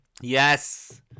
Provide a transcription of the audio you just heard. Yes